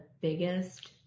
biggest